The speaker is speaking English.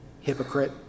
hypocrite